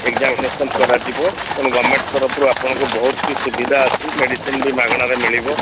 examination କରାଯିବ ତେଣୁ government ତରଫରୁ ଆପଣଙ୍କୁ ବହୁତ ବି ସୁବିଧା ଅଛି ମେଡ଼ିସିନ୍ ବି ମାଗଣାରେ ମିଳିବ